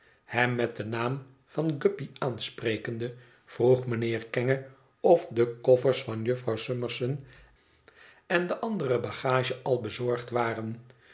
hem met den naam van guppy aansprekende vroeg mijnheer kenge of de koffers van jufvrouw summerson en de andere bagage al bezorgd waren